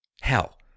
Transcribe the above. hell